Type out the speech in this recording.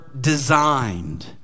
designed